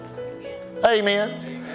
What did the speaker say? Amen